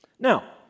Now